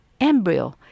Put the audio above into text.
embryo